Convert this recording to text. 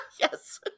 Yes